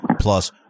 plus